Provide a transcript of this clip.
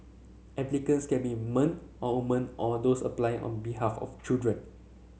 applicants can be man or woman or those applying on behalf of children